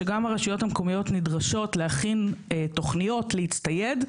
שגם הרשויות המקומיות נדרשות להכין תוכניות להצטייד,